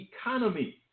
economy